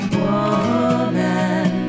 woman